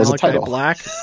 Black